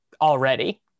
already